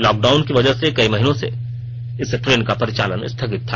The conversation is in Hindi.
लॉक डाउन की वजह से कई महीनें से इस ट्रेन का परिचालन स्थगित था